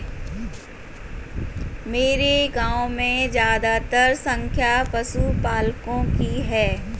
मेरे गांव में ज्यादातर संख्या पशुपालकों की है